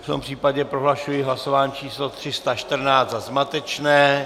V tom případě prohlašuji hlasování číslo 314 za zmatečné.